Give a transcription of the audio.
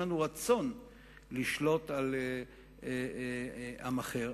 אין לנו רצון לשלוט על עם אחר.